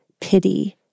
pity